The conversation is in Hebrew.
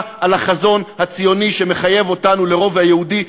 על החזון הציוני שמחייב אותנו לרוב היהודי.